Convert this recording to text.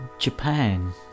Japan